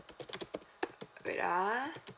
wait ah